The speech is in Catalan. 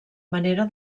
manera